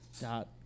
dot